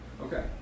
Okay